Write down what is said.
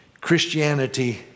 Christianity